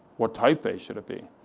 what typeface should be?